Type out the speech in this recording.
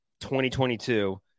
2022